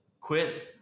quit